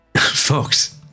folks